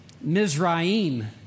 Mizraim